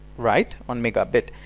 right? one megabit!